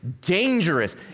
dangerous